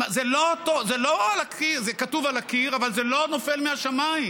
זה כתוב על הקיר, זה לא נופל מהשמיים.